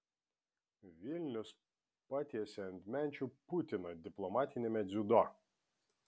vilnius patiesė ant menčių putiną diplomatiniame dziudo